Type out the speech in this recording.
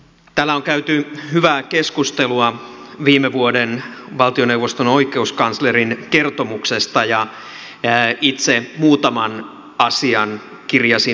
täällä on käyty hyvää keskustelua viime vuoden valtioneuvoston oikeuskanslerin kertomuksesta ja itse muutaman asian kirjasin ylös